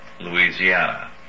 Louisiana